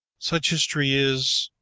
such history is,